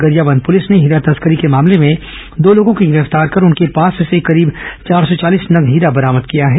Gariaband police ने हीरा तस्करी के मामले में दो लोगों को गिरफ्तार कर उनके पास से करीब चार सौ चालीस नग हीरा बेरामद किया है